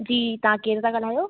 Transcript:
जी तव्हां केरु था ॻाल्हायो